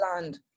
land